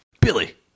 Billy